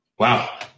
Wow